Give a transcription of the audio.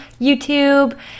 youtube